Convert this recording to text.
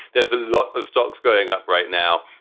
there's a lot of stocks going up right now.